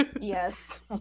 yes